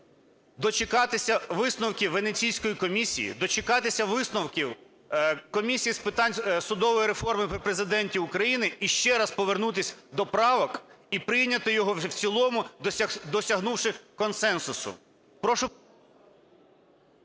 дочекатися висновків Венеційської комісії, дочекатися висновків Комісії з питань судової реформи при Президенті України і ще раз повернутися до правок і прийняти його вже в цілому, досягнувши консенсусу.